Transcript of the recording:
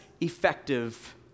effective